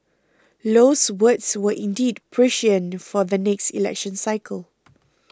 low's words were indeed prescient for the next election cycle